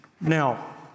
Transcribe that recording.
Now